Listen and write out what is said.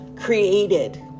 created